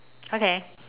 okay